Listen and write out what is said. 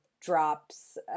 drops